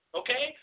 okay